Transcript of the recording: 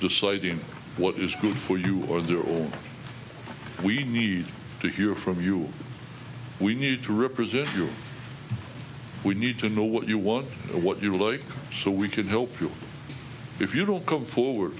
deciding what is good for you or they're all we need to hear from you we need to represent you we need to know what you want what you like so we can help you if you don't come forward